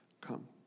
Come